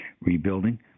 rebuilding